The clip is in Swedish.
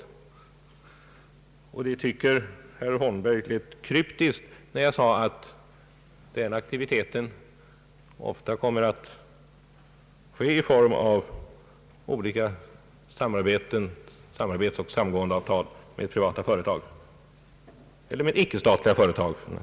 Herr Holmberg tyckte att det lät kryptiskt när jag sade att den aktiviteten ofta kommer att ske i form av olika samarbetsoch samgåendeavtal med privata eller kooperativa företag.